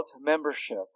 membership